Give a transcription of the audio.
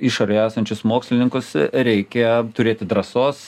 išorėje esančius mokslininkus reikia turėti drąsos